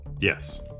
Yes